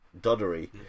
doddery